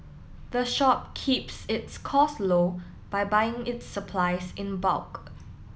the shop keeps its costs low by buying its supplies in bulk